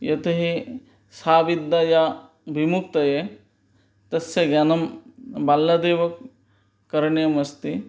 यतो हि सा विद्या या विमुक्तये तस्य ज्ञानं बाल्यादेव करणीयमस्ति